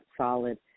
solid